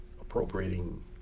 appropriating